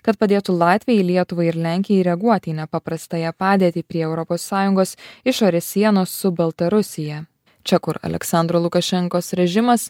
kad padėtų latvijai lietuvai ir lenkijai reaguoti į nepaprastąją padėtį prie europos sąjungos išorės sienos su baltarusija čia kur aleksandro lukašenkos režimas